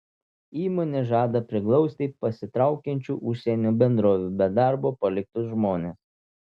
įmonė žada priglausti pasitraukiančių užsienio bendrovių be darbo paliktus žmones